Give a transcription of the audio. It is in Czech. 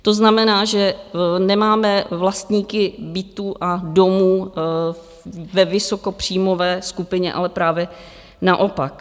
To znamená, že nemáme vlastníky bytů a domů ve vysokopříjmové skupině, ale právě naopak.